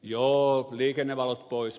joo liikennevalot pois